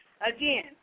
Again